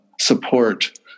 support